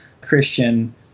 Christian